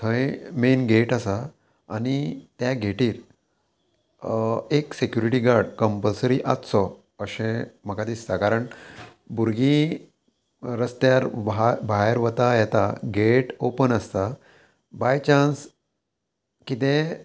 थंय main gate आसा आनी त्या गेटीर एक सेक्युरिटी गार्ड कंपलसरी आसचो अशें म्हाका दिसता कारण भुरगीं रस्त्यार भा भायर वता येता गेट ओपन आसता बाय चान्स किदें